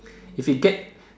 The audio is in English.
if he get